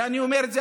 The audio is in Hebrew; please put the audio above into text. ואני אומר את זה,